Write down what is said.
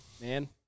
Man